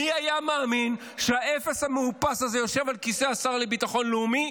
מי היה מאמין שהאפס המאופס הזה יושב על כיסא השר לביטחון לאומי,